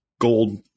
gold